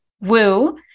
Woo